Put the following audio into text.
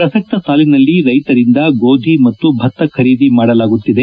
ಪ್ರಸಕ್ತ ಸಾಲಿನಲ್ಲಿ ರೈತರಿಂದ ಗೋಧಿ ಮತ್ತು ಭತ್ತ ಖರೀದಿ ಮಾಡಲಾಗುತ್ತಿದೆ